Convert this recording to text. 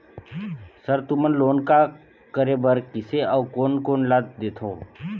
Sir तुमन loan का का करें बर, किसे अउ कोन कोन ला देथों?